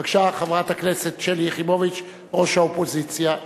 בבקשה, חברת הכנסת שלי יחימוביץ, ראש האופוזיציה,